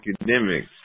academics